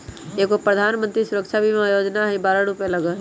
एगो प्रधानमंत्री सुरक्षा बीमा योजना है बारह रु लगहई?